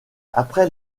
après